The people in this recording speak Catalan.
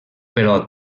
però